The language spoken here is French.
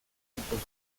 composé